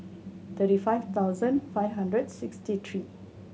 thirty five thousand five hundred sixty three